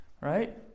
right